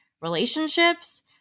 relationships